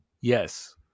yes